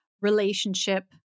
relationship